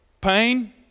pain